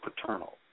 paternal